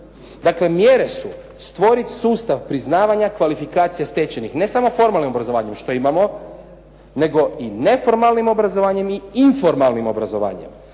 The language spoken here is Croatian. Dakle mjere su stvoriti sustav priznavanja kvalifikacija stečenih, ne samo formalnim obrazovanjem, što imamo, nego i neformalnim obrazovanjem i informalnim obrazovanjem,